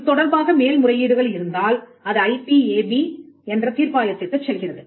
இது தொடர்பாக மேல் முறையீடுகள் இருந்தால் அது ஐபிஏபி என்ற தீர்ப்பாயத்திற்குச் செல்கிறது